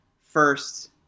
first